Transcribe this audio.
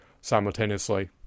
Simultaneously